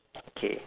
okay